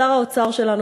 שר האוצר שלנו,